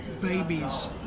babies